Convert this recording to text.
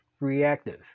reactive